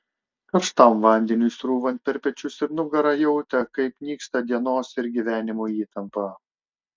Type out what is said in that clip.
karštam vandeniui srūvant per pečius ir nugarą jautė kaip nyksta dienos ir gyvenimo įtampa